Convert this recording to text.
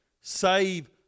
save